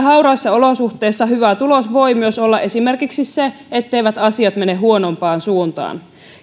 hauraissa olosuhteissa hyvä tulos voi olla myös esimerkiksi se etteivät asiat mene huonompaan suuntaan